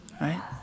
right